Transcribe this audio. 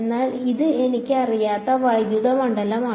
എന്നാൽ ഇത് എനിക്ക് അറിയാത്ത വൈദ്യുത മണ്ഡലമാണ്